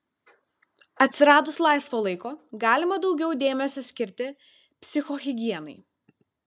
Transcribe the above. atsiradus laisvo laiko galima daugiau dėmesio skirti psichohigienai